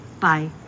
Bye